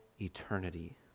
eternity